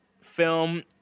film